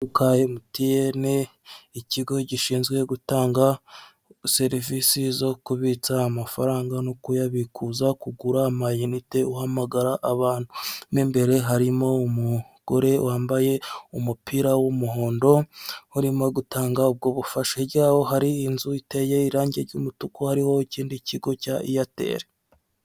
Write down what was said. Akazu ka Emutiyene ikigo gishinzwe gutanga serivisi zo kubitsa amafaranga no kuyabikuza, kugura amayinite uhamagara abantu, mo imbere harimo umugore wambaye umupira w'umuhondo urimo gutanga ubwo bufasha, hirya y'aho hari inzu iteye irangi ry'umutuku hariho ikindi kigo cya Eyateli.